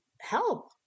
help